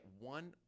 one